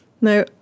No